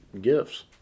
gifts